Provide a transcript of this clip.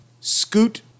scoot